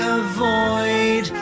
avoid